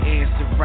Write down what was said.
answer